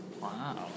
Wow